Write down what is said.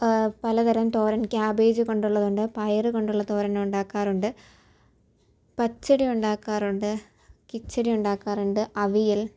പല തരം തോരൻ കാബേജ് കൊണ്ടുള്ളതുണ്ട് പയറു കൊണ്ടുള്ള തോരൻ ഉണ്ടാക്കാറുണ്ട് പച്ചടി ഉണ്ടാക്കാറുണ്ട് കിച്ചടി ഉണ്ടാക്കാറുണ്ട് അവിയൽ